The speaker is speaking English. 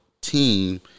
team